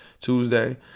Tuesday